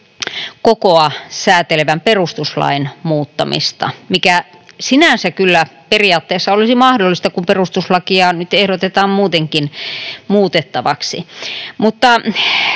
kokoa säätelevän perustuslain muuttamista, mikä sinänsä kyllä periaatteessa olisi mahdollista, kun perustuslakia nyt ehdotetaan muutenkin muutettavaksi.